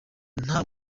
nta